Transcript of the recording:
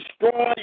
destroy